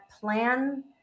plan